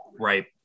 right